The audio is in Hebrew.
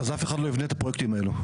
אז אף אחד לא יבנה את הפרויקטים האלה.